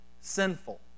sinful